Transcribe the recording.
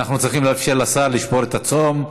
אנחנו צריכים לאפשר לשר לשבור את הצום.